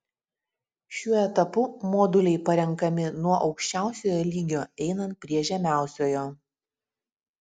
šiuo etapu moduliai parenkami nuo aukščiausiojo lygio einant prie žemiausiojo